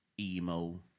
emo